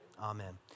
Amen